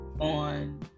on